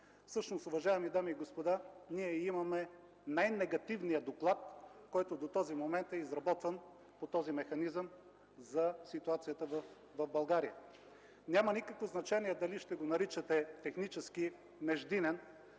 Всъщност, уважаеми дами и господа, ние имаме най-негативния доклад, който до този момент е изработван по този механизъм за ситуацията в България. Няма никакво значение дали ще го наричате технически междинен